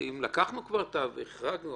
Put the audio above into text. כבר החרגנו.